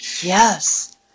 Yes